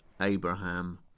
Abraham